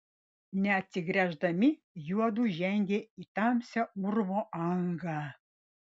neatsigręždami juodu žengė į tamsią urvo angą